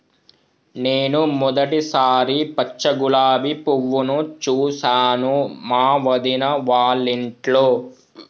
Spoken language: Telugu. నేను మొదటిసారి పచ్చ గులాబీ పువ్వును చూసాను మా వదిన వాళ్ళింట్లో